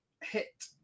hit